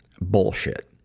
Bullshit